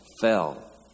fell